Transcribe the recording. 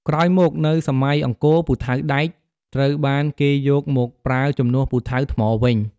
ក្រោយមកនៅសម័យអង្គរ ពូថៅដែកត្រូវបានគេយកមកប្រើជំនួសពូថៅថ្មវិញ។